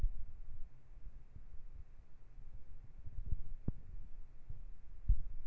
marketing లో హెచ్చుతగ్గుల వలన సమయానికి తగ్గ పెట్టుబడి అవసరం